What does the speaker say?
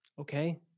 Okay